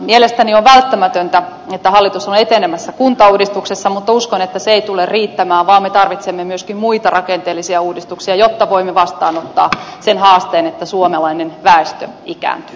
mielestäni on välttämätöntä että hallitus on etenemässä kuntauudistuksessa mutta uskon että se ei tule riittämään vaan me tarvitsemme myöskin muita rakenteellisia uudistuksia jotta voimme vastaanottaa sen haasteen että suomalainen väestö ikääntyy